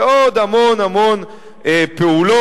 ועוד המון המון פעולות.